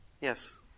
Yes